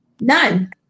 None